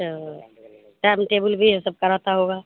تو time table بھی یہ سب کا رہتا ہوگا